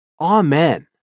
Amen